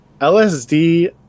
LSD